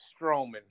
Strowman